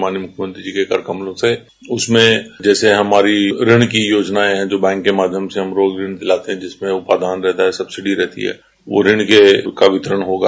माननीय मुख्यमंत्री जी के कर कमलों से उसमें जैसे हमारी ऋण की योजनाएं है जो बैंक के माध्यम से हम लोग ऋण दिलाते है जिसमें उनका नाम रहता है सब्सिडी रहती है तो ऋण का वितरण होगा